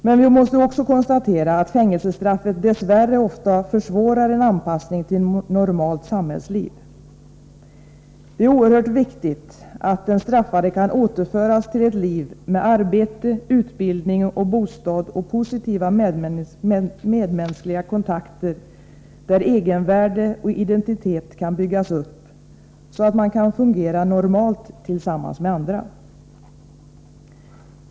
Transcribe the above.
Men vi måste också konstatera att fängelsestraffet dess värre ofta försvårar en anpassning till normalt samhällsliv. Det är oerhört viktigt att den straffade kan återföras till ett liv med arbete, utbildning, bostad och positiva medmänskliga kontakter, där egenvärde och identitet kan byggas upp, så att man kan fungera normalt tillsammans med andra.